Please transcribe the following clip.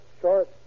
short